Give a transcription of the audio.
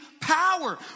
power